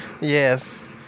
Yes